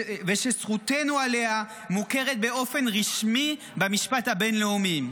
ושזכותנו עליה מוכרת באופן רשמי במשפט הבין-לאומי.